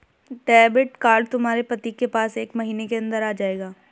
debit card तुम्हारे पति के पास एक महीने के अंदर आ जाएगा